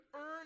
earn